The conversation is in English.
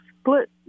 split